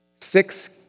six